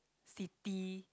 city